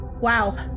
wow